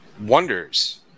wonders